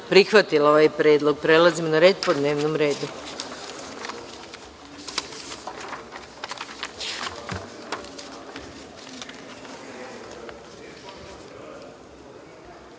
prihvatila ovaj predlog. Prelazimo na rad po dnevnom redu. Molim